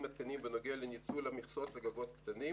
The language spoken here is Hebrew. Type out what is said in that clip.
עדכניים בנוגע לניצול המכסות בגגות קטנים.